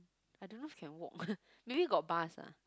I don't know if can walk maybe got bus ah